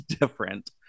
different